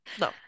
No